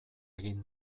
egin